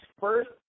first